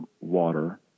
water